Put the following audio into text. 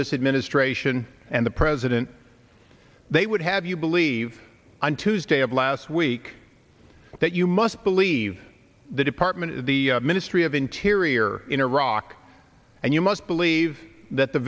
this administration and the president they would have you believe on tuesday of last week that you must believe the department of the ministry of interior in iraq and you must believe that the